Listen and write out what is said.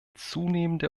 zunehmende